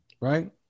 Right